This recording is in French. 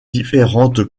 différentes